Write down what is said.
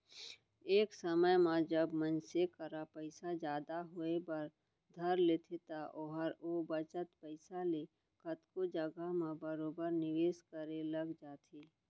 एक समे म जब मनसे करा पइसा जादा होय बर धर लेथे त ओहर ओ बचत पइसा ले कतको जघा म बरोबर निवेस करे लग जाथे